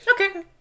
Okay